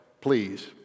please